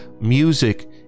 music